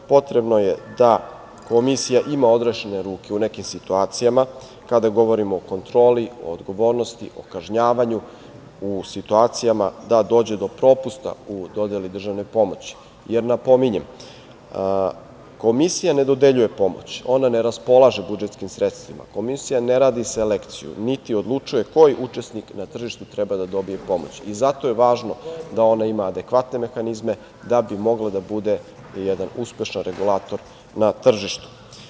Potrebno je da Komisija ima odrešene ruke u nekim situacijama kada govorimo o kontroli, o odgovornosti, o kažnjavanju, u situacijama da dođe do propusta u dodeli državne pomoći, jer napominjem Komisija ne dodeljuje pomoć, ona ne raspolože budžetskim sredstvima, Komisija ne radi selekciju, niti odlučuje koji učesnik na tržištu treba da dobije državnu pomoć i zato je važno da ona ima adekvatne mehanizme, da bi mogla da bude jedan uspešan regulator na tržištu.